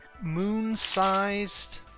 moon-sized